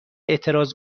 اعتراض